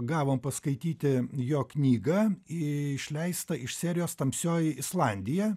gavom paskaityti jo knygą išleistą iš serijos tamsioji islandija